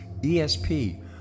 ESP